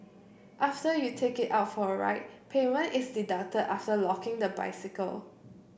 after you take it out for a ride payment is deducted after locking the bicycle